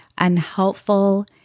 unhelpful